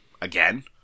Again